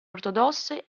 ortodosse